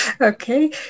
Okay